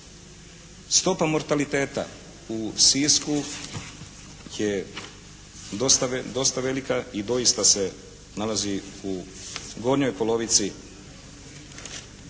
Stopa mortaliteta u Sisku je dosta velika i doista se nalazi u gornjoj polovici